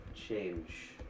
Change